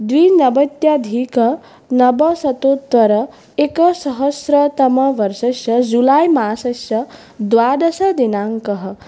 द्विनवत्यधिक नवशतोत्तर एकसहस्रतमवर्षस्य जुलै मासस्य द्वादशदिनाङ्कः